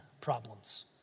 problems